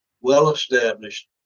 well-established